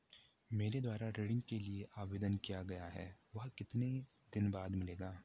मेरे द्वारा ऋण के लिए आवेदन किया गया है वह कितने दिन बाद मिलेगा?